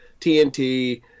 TNT